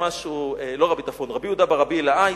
רבי יהודה ברבי אלעאי,